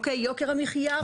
יוקר המחיה יותר גבוה.